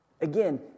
Again